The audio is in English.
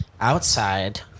Outside